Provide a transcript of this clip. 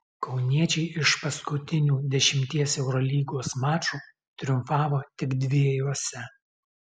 kauniečiai iš paskutinių dešimties eurolygos mačų triumfavo tik dviejuose